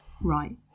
Right